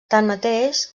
tanmateix